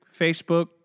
Facebook